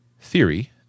theory